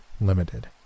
limited